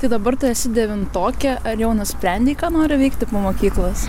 tai dabar tu esi devintokė ar jau nusprendei ką nori veikti po mokyklos